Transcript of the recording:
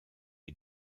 est